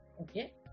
okay